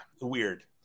weird